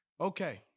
Okay